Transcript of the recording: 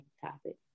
topic